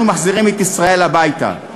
אנחנו מחזירים את ישראל הביתה,